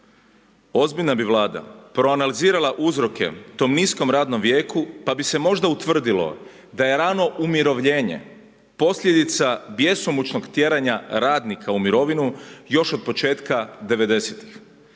Ozbiljna bi vlada, proanalizirala uzroke tom niskom radnom vijeku pa bi se možda utvrdilo da je rano umirovljenje posljedica bjesomučnog tjeranja radnika u mirovinu još od početka 90-tih.